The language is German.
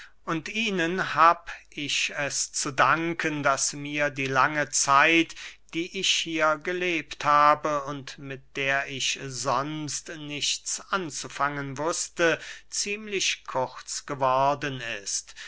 und ihnen hab ich es zu danken daß mir die lange zeit die ich hier gelebt habe und mit der ich sonst nichts anzufangen wußte ziemlich kurz geworden ist